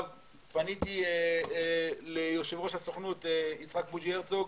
פניתי ליו"ר הסוכנות יצחק בוז'י הרצוג,